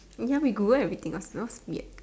you can't be Google everything ah smells weird